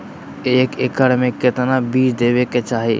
एक एकड़ मे केतना बीज देवे के चाहि?